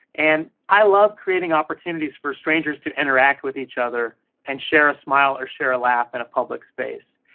and i love creating opportunities for strangers to interact with each other and share a smile or share a laugh in and a public space.